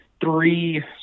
three